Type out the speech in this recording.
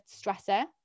stressor